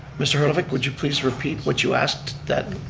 mr. herlovich, would you please repeat what you asked that.